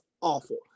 awful